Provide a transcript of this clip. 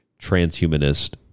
transhumanist